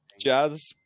jazz